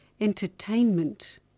Entertainment